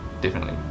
differently